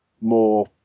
more